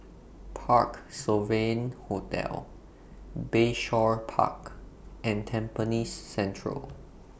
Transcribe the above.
Parc Sovereign Hotel Bayshore Park and Tampines Central